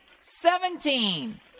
seventeen